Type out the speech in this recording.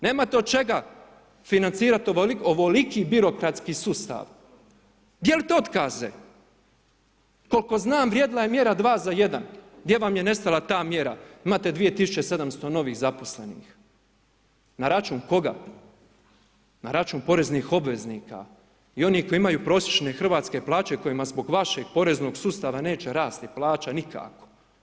Nemate od čega financirat ovoliki birokratski sustav, dijelit otkaze, koliko znam vrijedila je mjera 2 za 1, gdje vam je nestala ta mjera imate 2.700 novih zaposlenih na račun koga, na račun poreznih obveznika i onih koji imaju prosječne hrvatske plaće kojima zbog vašeg poreznog sustava neće rast plaća nikako.